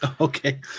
Okay